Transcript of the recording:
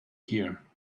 here